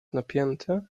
napięte